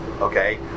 okay